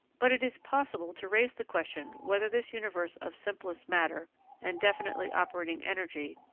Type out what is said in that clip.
but it is possible to raise the question whether this universe of simplest matter and definitely operating energy,